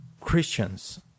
Christians